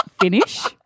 finish